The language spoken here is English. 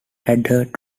adhered